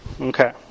Okay